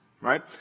right